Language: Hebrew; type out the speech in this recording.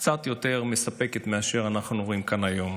קצת יותר מספקת מזו אשר אנחנו רואים כאן היום.